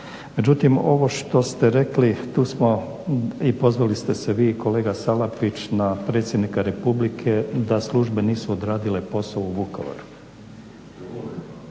Međutim ovo što ste rekli, tu smo i pozvali ste vi i kolega Salapić na predsjednika Republike da službe nisu odradile posao u Vukovaru.